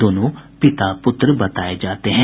दोनों पिता पुत्र बताये जाते हैं